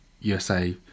USA